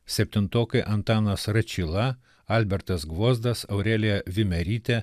septintokai antanas račyla albertas gvozdas aurelija vimerytė